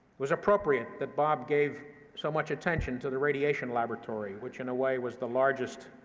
was appropriate that bob gave so much attention to the radiation laboratory, which in a way was the largest,